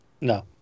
No